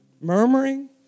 Murmuring